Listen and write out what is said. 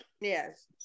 Yes